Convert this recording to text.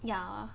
ya